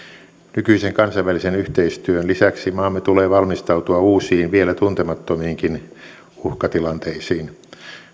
nykyisen kansainvälisen yhteistyön lisäksi maamme tulee valmistautua uusiin vielä tuntemattomiinkin uhkatilanteisiin